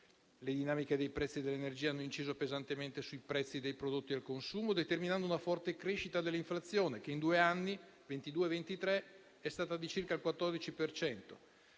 Le dinamiche dei prezzi dell'energia hanno inciso pesantemente sui prezzi dei prodotti al consumo, determinando una forte crescita dell'inflazione, che in due anni (2022 e 2023) è stata di circa il 14